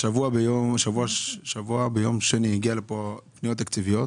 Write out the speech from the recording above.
השבוע ביום שני הגיעו לכאן פניות תקציביות,